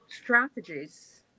strategies